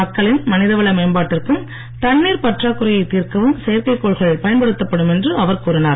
மக்களின் மேம்பாட்டிற்கும் தண்ணீர் பற்றாக்குறையைத் தீர்க்கவும் செயற்கைக் கோள்கள் பயன்படுத்தப் படும் என்று அவர் கூறினார்